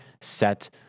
set